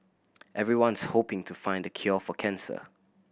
everyone's hoping to find the cure for cancer